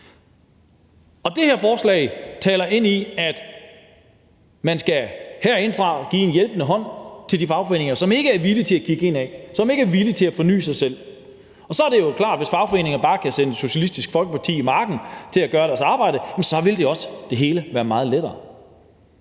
Det her forslag taler ind i, at man herindefra skal give en hjælpende hånd til de fagforeninger, som ikke er villige til at kigge indad, som ikke er villige til at forny sig. Så er det jo klart, at hvis fagforeninger bare kan sende Socialistisk Folkeparti i marken til at gøre deres arbejde, så vil det hele også være meget lettere.